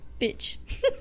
Bitch